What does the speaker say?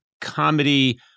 Comedy